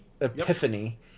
Epiphany